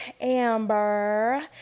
Amber